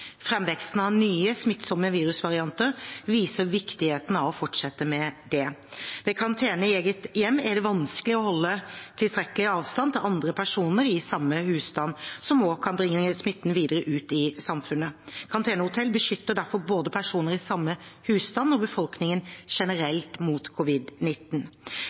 Framveksten av nye smittsomme virusvarianter viser viktigheten av å fortsette med det. Ved karantene i eget hjem er det vanskelig å holde tilstrekkelig avstand til andre personer i samme husstand, som også kan bringe smitten videre ut i samfunnet. Karantenehotell beskytter derfor både personer i samme husstand og befolkningen generelt mot